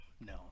No